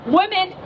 women